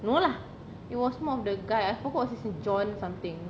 no lah it was more of the guy I forgot what's his john something